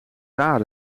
waar